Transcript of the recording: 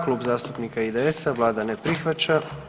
Klub zastupnika IDS-a, Vlada ne prihvaća.